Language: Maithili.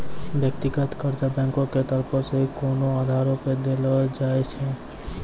व्यक्तिगत कर्जा बैंको के तरफो से कोनो आधारो पे देलो जाय छै